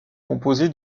composé